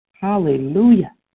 hallelujah